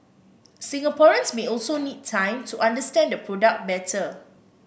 Singaporeans may also need time to understand the product better